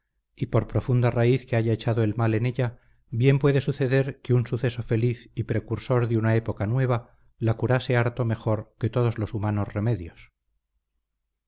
y por profunda raíz que haya echado el mal en ella bien puede suceder que un suceso feliz y precursor de una época nueva la curase harto mejor que todos los humanos remedios